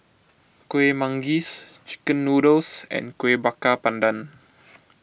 Kuih Manggis Chicken Noodles and Kueh Bakar Pandan